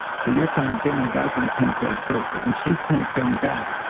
so, your tongue, generally guys want to penetrate first, but when she's penetrating back,